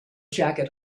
jacket